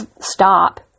stop